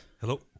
Hello